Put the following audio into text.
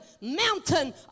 mountain